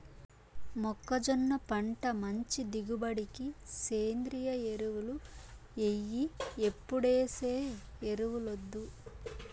మొక్కజొన్న పంట మంచి దిగుబడికి సేంద్రియ ఎరువులు ఎయ్యి ఎప్పుడేసే ఎరువులొద్దు